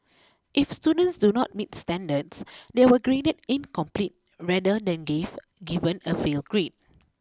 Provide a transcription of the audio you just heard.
if students do not meet standards they were graded incomplete rather than give given a fail grade